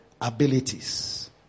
abilities